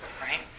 right